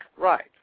Right